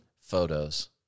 photos